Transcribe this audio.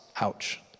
Ouch